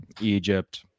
Egypt